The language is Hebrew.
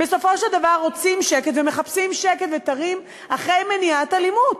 בסופו של דבר רוצה שקט ומחפש שקט ותר אחרי מניעת אלימות.